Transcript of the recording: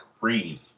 read